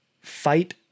fight